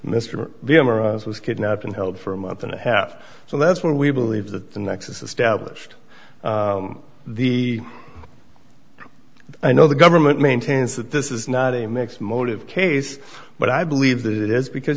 was kidnapped and held for a month and a half so that's what we believe that the nexus established the i know the government maintains that this is not a mix motive case but i believe that it is because